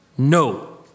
No